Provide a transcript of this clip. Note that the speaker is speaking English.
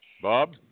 Bob